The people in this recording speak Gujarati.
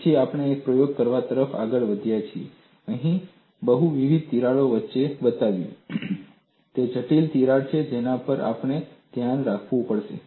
પછી આપણે એક પ્રયોગ કરવા તરફ આગળ વધ્યા જેણે બહુવિધ તિરાડો વચ્ચે બતાવ્યું તે જટિલ તિરાડ છે જેના પર આપણે ધ્યાન આપવું પડશે